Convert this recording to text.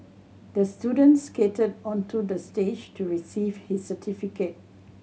the student skated onto the stage to receive his certificate